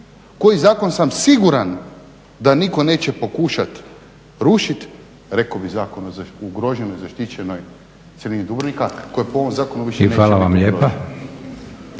koji zakon sam siguran da nitko neće pokušati rušiti rekao bih Zakon o ugroženoj zaštićenoj cjelini Dubrovnika koje po ovom zakonu više neće biti.